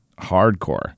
hardcore